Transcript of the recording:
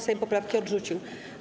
Sejm poprawki odrzucił.